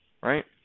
Right